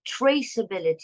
traceability